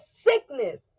sickness